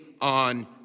on